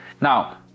Now